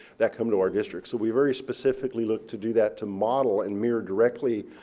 that come to our district. so we very specifically look to do that to model and mirror directly,